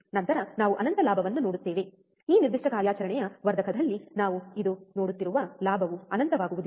ನಂತರ ನಾವು ಅನಂತ ಲಾಭವನ್ನು ನೋಡುತ್ತೇವೆ ಈ ನಿರ್ದಿಷ್ಟ ಕಾರ್ಯಾಚರಣೆಯ ವರ್ಧಕದಲ್ಲಿ ನಾವು ಇಂದು ನೋಡುತ್ತಿರುವ ಲಾಭವು ಅನಂತವಾಗುವುದಿಲ್ಲ